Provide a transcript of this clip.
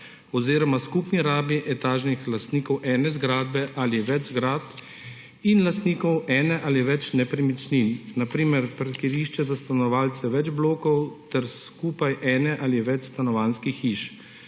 oziroma skupni rabi etažnih lastnikov ene zgradbe ali več zgradb in lastnikov ene ali več nepremičnin, na primer parkirišče za stanovalce več blokov, ter skupaj ene ali več stanovanjskih hiš.